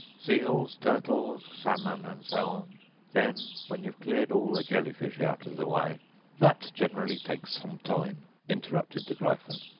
seals, turtles, salmon, and so on then, when you've cleared all the jelly-fish out of the way that generally takes some time interrupted the gryphon.